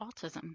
autism